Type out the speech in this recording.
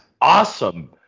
awesome